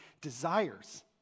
desires